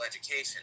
education